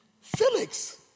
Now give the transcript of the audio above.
Felix